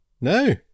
No